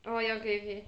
orh ya okay okay